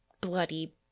bloody